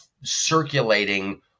circulating